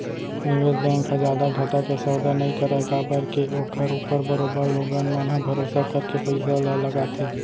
निवेस बेंक ह जादा घाटा के सौदा नई करय काबर के ओखर ऊपर बरोबर लोगन मन ह भरोसा करके पइसा ल लगाथे